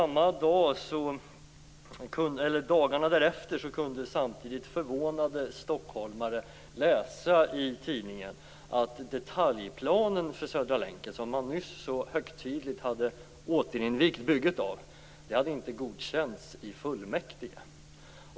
Men dagarna därefter kunde förvånade stockholmare läsa i tidningen att detaljplanen för Södra länken, som man nyss så högtidligt hade återinvigt bygget av, inte hade godkänts i fullmäktige.